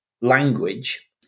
language